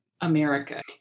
America